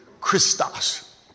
Christos